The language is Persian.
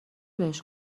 بهش